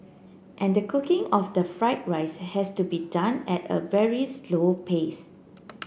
and the cooking of the fried rice has to be done at a very slow pace